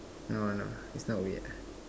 no no it's not weird ah